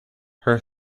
her